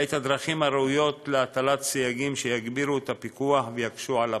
ואת הדרכים הראויות להטלת סייגים שיגבירו את הפיקוח ויקשו על הפרצות.